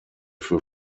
für